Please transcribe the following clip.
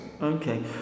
okay